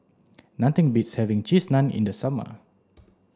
nothing beats having cheese naan in the summer